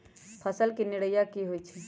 फसल के निराया की होइ छई?